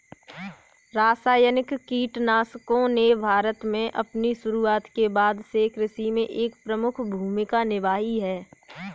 रासायनिक कीटनाशकों ने भारत में अपनी शुरूआत के बाद से कृषि में एक प्रमुख भूमिका निभाई है